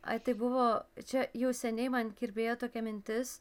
ai tai buvo čia jau seniai man kirbėjo tokia mintis